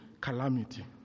calamity